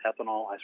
ethanol